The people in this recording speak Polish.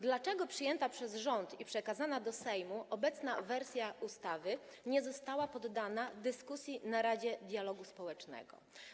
Dlaczego przyjęta przez rząd i przekazana do Sejmu obecna wersja ustawy nie została poddana dyskusji w Radzie Dialogu Społecznego?